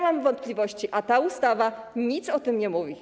Mam wątpliwości, a ta ustawa nic o tym nie mówi.